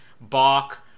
Bach